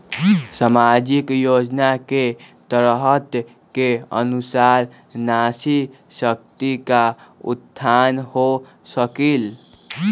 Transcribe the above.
सामाजिक योजना के तहत के अनुशार नारी शकति का उत्थान हो सकील?